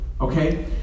Okay